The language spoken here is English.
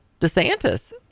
DeSantis